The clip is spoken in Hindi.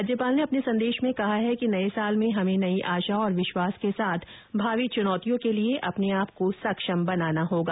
राज्यपाल ने अपने संदेश में कहा है कि नये साल में हमें नई आशा और विश्वास के साथ भावी चुनौतियों के लिए अपने आपको सक्षम बनाना होगा